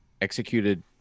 executed